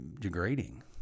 degrading